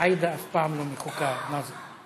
עאידה אף פעם לא מחוקה, מה זה?